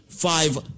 five